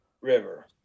river